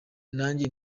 nanjye